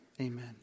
Amen